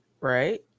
right